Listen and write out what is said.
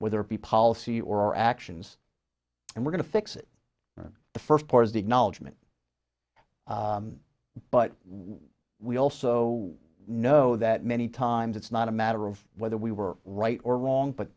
whether it be policy or actions and we're going to fix it the first part is the acknowledgement but what we also know that many times it's not a matter of whether we were right or wrong but